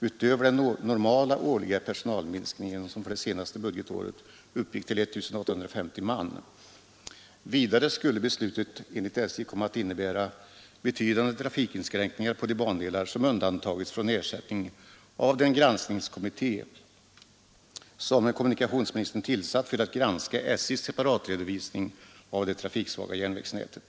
utöver den normala årliga personalminskningen, som för det senaste budgetåret uppgick till I 850 man. Vidare skulle beslutet enligt SJ komma att innebära betydande trafikinskränkningar på de bandelar som undantagits från ersättning av den granskningskommitté som kommunikationsministern tillsatt för att granska SJ:s separatredovisning av det trafiksvaga järnvägsnätet.